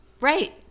Right